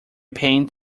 paint